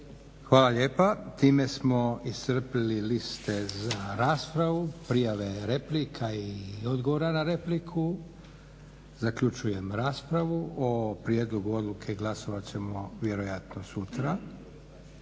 Hvala lijepa. Time smo iscrpili liste za raspravu, prijave replika i odgovora na repliku. Zaključujem raspravu. O prijedlogu odluke glasovat ćemo vjerojatno sutra.